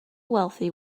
wealthy